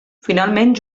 finalment